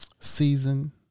season